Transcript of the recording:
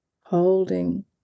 holding